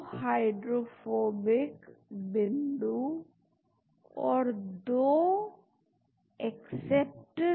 तो यह Jaccard Tanimoto coefficient की गणना कर सकता है N C a b - c से विभाजित करके